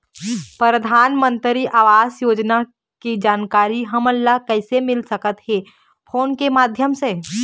परधानमंतरी आवास योजना के जानकारी हमन ला कइसे मिल सकत हे, फोन के माध्यम से?